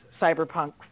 cyberpunk